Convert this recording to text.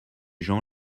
gens